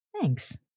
Thanks